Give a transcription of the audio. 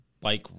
bike